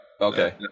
Okay